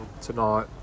tonight